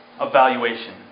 evaluation